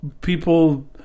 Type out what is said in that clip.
people